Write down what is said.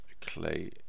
clay